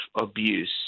abuse